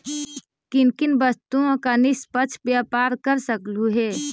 किन किन वस्तुओं का निष्पक्ष व्यापार कर सकलू हे